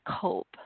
cope